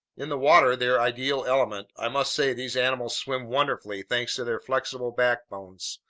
in the water, their ideal element, i must say these animals swim wonderfully thanks to their flexible backbones,